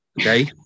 Okay